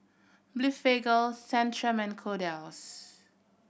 Blephagel Centrum and Kordel's